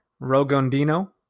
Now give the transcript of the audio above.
Rogondino